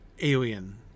alien